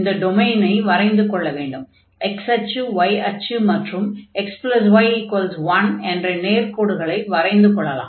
x அச்சு y அச்சு மற்றும் xy1 என்ற நேர்க்கோடுகளை வரைந்து கொள்ளலாம்